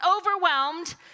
overwhelmed